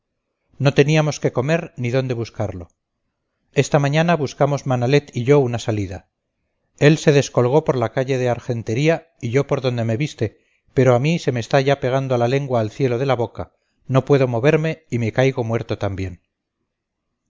no teníamos qué comer ni dónde buscarlo esta mañana buscamos manalet y yo una salida él se descolgó por la calle de argentería y yo por donde me viste pero a mí se me está ya pegando la lengua al cielo de la boca no puedo moverme y me caigo muerto también